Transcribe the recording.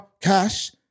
cash